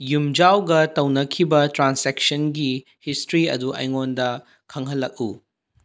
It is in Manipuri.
ꯌꯨꯝꯖꯥꯎꯒ ꯇꯧꯅꯈꯤꯕ ꯇ꯭ꯔꯥꯟꯖꯦꯛꯁꯟꯒꯤ ꯍꯤꯁꯇ꯭ꯔꯤ ꯑꯗꯨ ꯑꯩꯉꯣꯟꯗ ꯈꯪꯍꯜꯂꯛꯎ